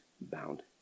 bound